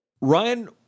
Ryan